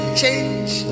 change